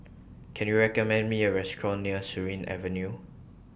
Can YOU recommend Me A Restaurant near Surin Avenue